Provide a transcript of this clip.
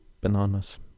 bananas